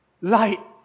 light